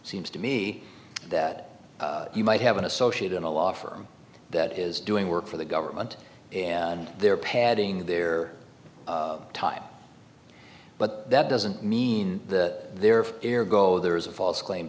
seems to me that you might have an associate in a law firm that is doing work for the government and they're padding their time but that doesn't mean that they're fair go there is a false claim